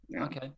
Okay